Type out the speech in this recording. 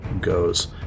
goes